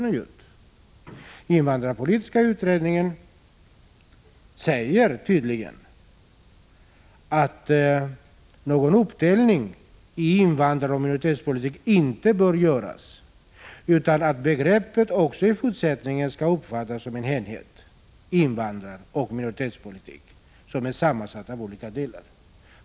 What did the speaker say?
Invandrarpolitiska kommittén säger tydligt att någon uppdelning i invandrarpolitik och minoritetspolitik inte bör göras utan att begreppet också i fortsättningen skall uppfattas som en enhet — invandraroch minoritetspolitik — sammansatt av olika delar.